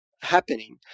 happening